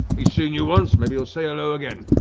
he's seen you once, maybe he'll say hello again.